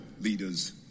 leaders